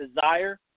desire